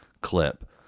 clip